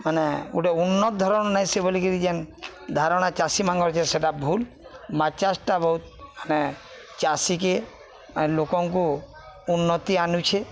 ମାନେ ଗୋଟେ ଉନ୍ନତ ଧରଣ ନାଇଁ ଆସେ ବୋଲିକିରି ଯେନ୍ ଧାରଣା ଚାଷୀମାନ୍କର୍ ଯେ ସେଇଟା ଭୁଲ୍ ମାଛ୍ ଚାଷ୍ଟା ବହୁତ ମାନେ ଚାଷୀ କି ଲୋକଙ୍କୁ ଉନ୍ନତି ଆନୁଛେ